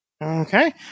Okay